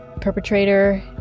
perpetrator